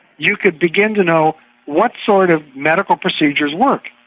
you could begin to know what sort of medical procedures work.